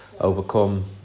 overcome